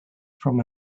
from